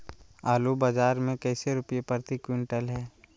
आलू बाजार मे कैसे रुपए प्रति क्विंटल है?